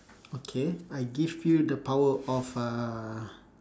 okay I give you the power of a